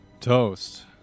Toast